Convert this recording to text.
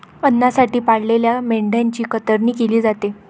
अन्नासाठी पाळलेल्या मेंढ्यांची कतरणी केली जाते